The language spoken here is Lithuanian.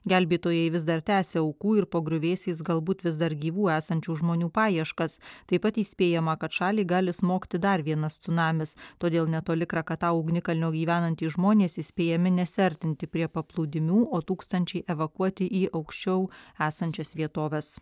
gelbėtojai vis dar tęsia aukų ir po griuvėsiais galbūt vis dar gyvų esančių žmonių paieškas taip pat įspėjama kad šaliai gali smogti dar vienas cunamis todėl netoli krakatau ugnikalnio gyvenantys žmonės įspėjami nesiartinti prie paplūdimių o tūkstančiai evakuoti į aukščiau esančias vietoves